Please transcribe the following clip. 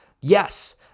yes